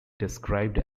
described